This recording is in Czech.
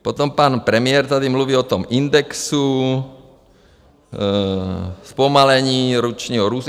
Potom pan premiér tady mluvil o tom indexu, zpomalení ročního růstu.